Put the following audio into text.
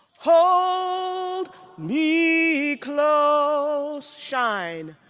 hold me close, shine,